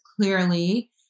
clearly